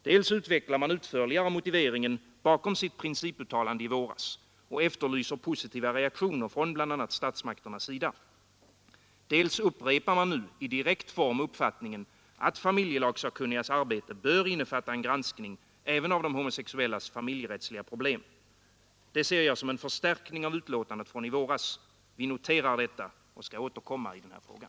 Dels utvecklar man utförligare motiveringen bakom sitt principuttalande i våras och efterlyser positiva reaktioner från bl.a. statsmakternas sida, dels upprepar man nu i direkt form uppfattningen, att familjelagssakkunnigas arbete bör innefatta en granskning även av de homosexuellas familjerättsliga problem. Det är en förstärkning av betänkandet från i våras. Vi noterar detta och skall återkomma i frågan.